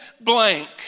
blank